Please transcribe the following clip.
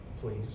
please